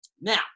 Now